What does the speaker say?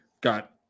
got